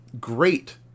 great